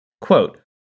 Quote